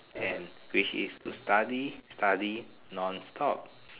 and which is to study study non-stop